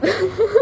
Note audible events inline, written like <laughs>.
<laughs>